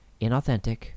inauthentic